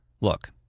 Look